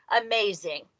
amazing